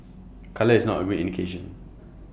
colour is not A good indication